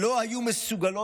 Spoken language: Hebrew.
שלא היו מסוגלות